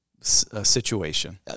situation